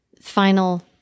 final